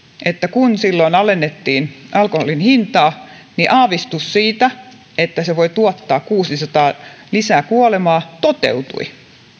silloin kun alennettiin alkoholin hintaa niin aavistus siitä että se voi tuottaa kuusisataa lisäkuolemaa toteutui